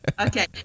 Okay